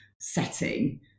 setting